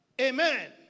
Amen